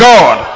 God